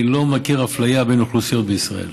אני לא מכיר אפליה בין אוכלוסיות בישראל.